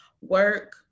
work